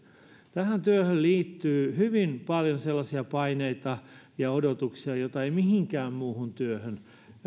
tähän työhön liittyy hyvin paljon sellaisia paineita ja odotuksia joita ei mihinkään muuhun työhön